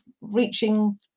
reaching